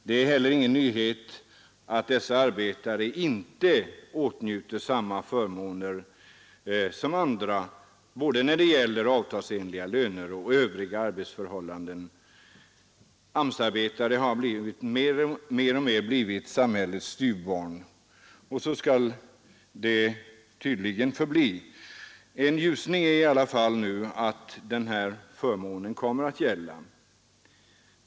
Det är heller ingen nyhet att dessa arbetare inte åtnjuter samma förmåner som andra, vare sig i fråga om avtalsenliga löner eller arbetsförhållandena i övrigt. AMS-arbetarna har mer och mer blivit samhällets styvbarn. Och så skall det tydligen förbli. En ljusning är nu i alla fall att den här förmånen kommer att gälla.